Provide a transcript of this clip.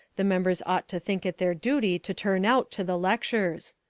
the members ought to think it their duty to turn out to the lectures.